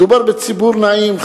מדובר בציבור נעים,